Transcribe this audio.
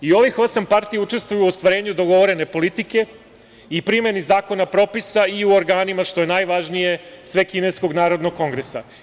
Ovih osam partija učestvuju u ostvarenju dogovorene politike i primeni zakona propisa i u organima, što je najvažnije, Svekineskog narodnog kongresa.